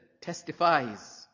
testifies